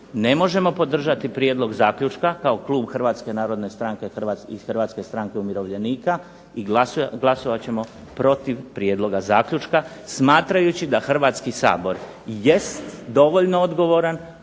ne možemo podržati Prijedlog zaključka kao Klub narodne stranke i Hrvatske stranke umirovljenika i glasovat ćemo protiv prijedloga zaključka, smatrajući da Hrvatski sabor jest dovoljno odgovoran,